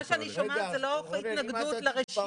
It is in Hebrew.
אבל מה שאני שומעת זה לא התנגדות לרשימה.